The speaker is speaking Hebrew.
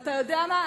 אתה יודע מה?